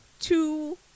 two